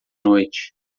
noite